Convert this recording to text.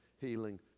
healing